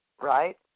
right